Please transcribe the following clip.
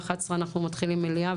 ב-11 אנחנו מתחילים מליאה,